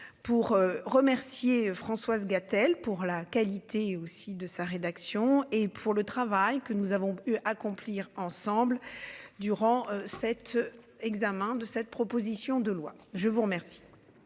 Pour remercier Françoise Gatel pour la qualité aussi de sa rédaction. Et pour le travail que nous avons pu accomplir ensemble. Durant cet examen de cette proposition de loi, je vous remercie.